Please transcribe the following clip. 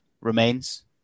remains